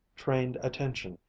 trained attention,